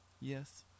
yes